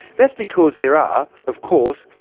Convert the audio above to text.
that's because there are, of course,